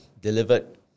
delivered